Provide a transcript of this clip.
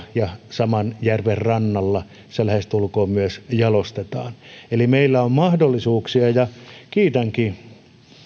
ja saman järven rannalla se lähestulkoon myös jalostetaan eli meillä on mahdollisuuksia ja kiitänkin